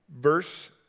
verse